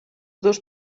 dos